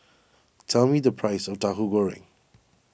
tell me the price of Tahu Goreng